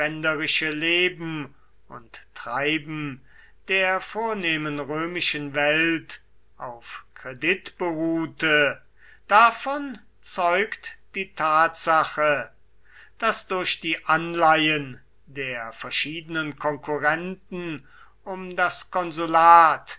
leben und treiben der vornehmen römischen welt auf kredit beruhte davon zeugt die tatsache daß durch die anleihen der verschiedenen konkurrenten um das konsulat